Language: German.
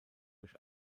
durch